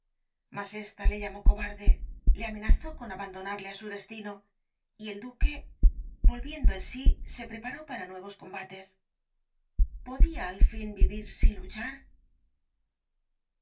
mas ésta le llamó cobarde le amenazó con abandonarle á su destino y el duque volviendo en sí se preparó para nuevos combates podía al fin vivir sin luchar